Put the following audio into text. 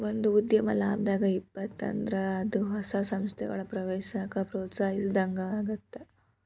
ಒಂದ ಉದ್ಯಮ ಲಾಭದಾಗ್ ಇತ್ತಪ ಅಂದ್ರ ಅದ ಹೊಸ ಸಂಸ್ಥೆಗಳನ್ನ ಪ್ರವೇಶಿಸಾಕ ಪ್ರೋತ್ಸಾಹಿಸಿದಂಗಾಗತ್ತ